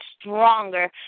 stronger